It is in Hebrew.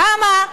למה?